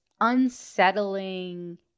unsettling